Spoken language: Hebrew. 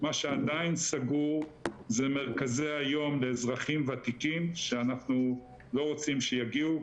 מה שעדיין סגור זה מרכזי היום לאזרחים ותיקים שאנחנו לא רוצים שיגיעו,